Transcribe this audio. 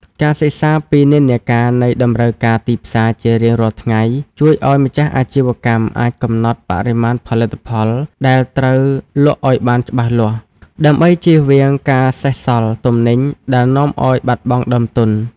ការសិក្សាពីនិន្នាការនៃតម្រូវការទីផ្សារជារៀងរាល់ថ្ងៃ ជួយឱ្យម្ចាស់អាជីវកម្មអាចកំណត់បរិមាណផលិតផលដែលត្រូវលក់ឱ្យបានច្បាស់លាស់ ដើម្បីចៀសវាងការសេសសល់ទំនិញដែលនាំឱ្យបាត់បង់ដើមទុន។